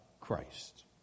Christ